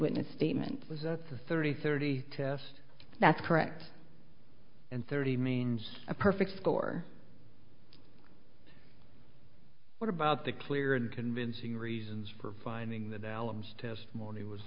witness statement was a thirty thirty test that's correct and thirty means a perfect score what about the clear and convincing reasons for finding the dallam's testimony was